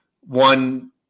one